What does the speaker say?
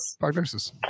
diagnosis